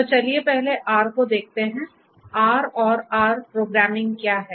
तो चलिए पहले R को देखते हैं R और R प्रोग्रामिंग क्या है